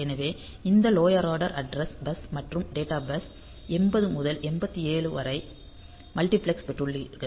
எனவே இந்த lower order address bus மற்றும் டேட்டா பஸ் 80 முதல் 87 வரை மல்டிபிளெக்ஸ் பெற்றுள்ளீர்கள்